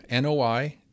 NOI